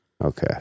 Okay